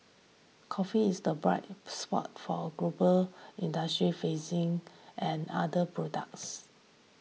coffee is the bright spot for a global industry facing and other products